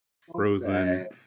frozen